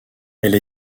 elle